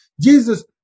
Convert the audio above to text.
Jesus